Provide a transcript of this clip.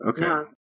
okay